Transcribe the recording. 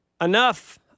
Enough